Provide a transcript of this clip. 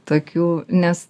tokių nes